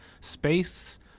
space